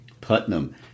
Putnam